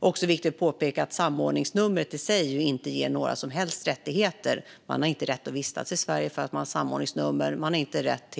Det är också viktigt att påpeka att samordningsnumret i sig inte ger några som helst rättigheter. Man har inte rätt att vistas i Sverige för att man har ett samordningsnummer. Man har inte rätt att